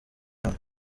hamwe